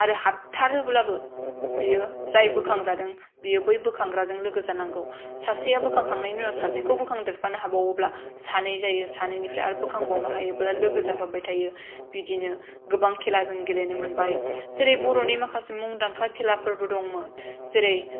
आरो हाथारोब्लाबो बियो जाय बोखांजादों बियो बै बोखांग्राजों लोगो जानांगौ सासेया बोखां खांनायनि उनाव सासेखौ बोखांदेरनो हाबावोब्ला सानै जायो आरो सानैनिफ्राय बोखांदेरनो हाबावोब्ला लोगो जाबावबाय थायो बिदिनो गोबां खेला जों गेलेनो मोनबाय जेरै बर'नि माखासे मुंदांखा खेलाफोरबो दंमोन जेरै